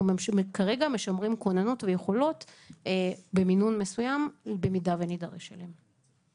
כרגע משמרים כוננות ויכולות במינון מסוים במידה שנדרש אליהן.